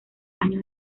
años